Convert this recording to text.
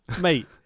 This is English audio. Mate